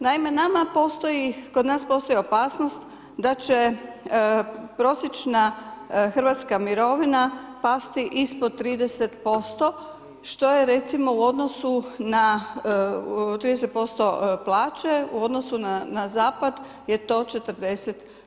Naime kod nas postoji opasnost, da će prosječna hrvatska mirovina, pasti ispod 30% što je recimo u odnosu, na 30% plaće u odnosu na zapad je to 40%